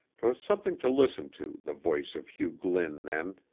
twas something to listen to, the voice of hugh glynn then,